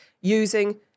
using